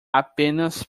apenas